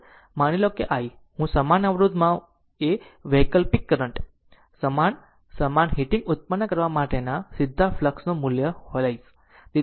માની લો i હું સમાન અવરોધમાં ઉત્પન્ન એ વૈકલ્પિક કરંટ સમાન સમાન હીટિંગ ઉત્પન્ન કરવા માટેના સીધા ફ્લક્ષ નું મૂલ્ય હોઈશ